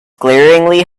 glaringly